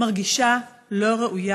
מרגישה לא ראויה,